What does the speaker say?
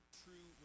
true